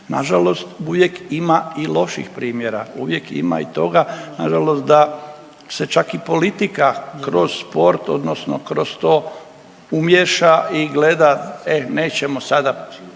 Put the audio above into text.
Nažalost, uvijek ima i loših primjera, uvijek ima i toga nažalost da se čak i politika kroz sport odnosno kroz to umiješa i gleda, e nećemo sada